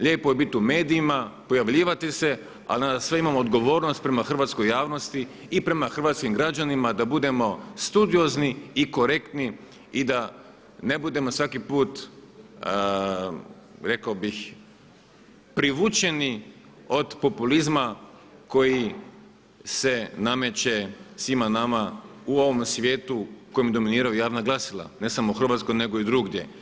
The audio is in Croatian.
Lijepo je biti u medijima, pojavljivati se ali imamo odgovornost prema hrvatskoj javnosti i prema hrvatskim građanima da budemo studiozni i korektni i da ne budemo svaki put rekao bih privučeni od populizma koji se nameće svima nama u ovom svijetu kojem dominiraju javna glasila, ne samo u Hrvatskoj nego i drugdje.